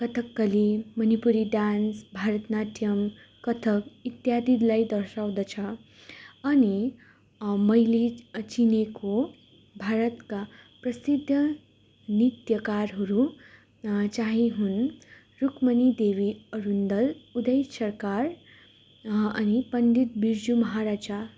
Kathakali Manipuri dance Bharatanatyam Kathak इत्यादिलाई दर्साउँदछ अनि मैले चिनेको भारतका प्रसिद्ध नृत्यकारहरू चाहिँ हुन् रुक्मणी देवी अरुन्दल उदय सरकार अनि पन्डित बिर्जु महाराजा